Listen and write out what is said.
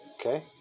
Okay